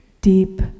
deep